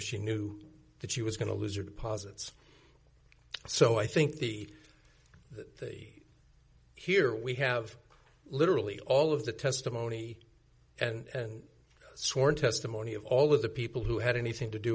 she knew that she was going to lose your deposits so i think the key here we have literally all of the testimony and sworn testimony of all of the people who had anything to do